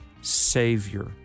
savior